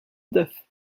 death